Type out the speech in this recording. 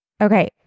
Okay